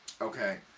Okay